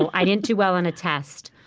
so i didn't do well on a test.